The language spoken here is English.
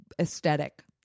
aesthetic